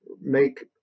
make